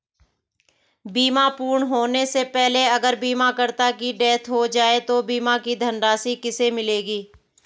बीमा पूर्ण होने से पहले अगर बीमा करता की डेथ हो जाए तो बीमा की धनराशि किसे मिलेगी?